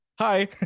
hi